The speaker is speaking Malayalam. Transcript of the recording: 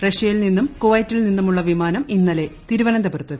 റ്ഷ്യ്യിൽ നിന്നും കുവൈറ്റിൽ നിന്നുള്ള വിമാന്ം ഇന്നലെ തിരുവനന്തപുരത്തെത്തി